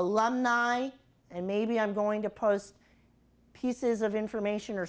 alumni and maybe i'm going to post pieces of information or